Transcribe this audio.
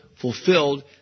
fulfilled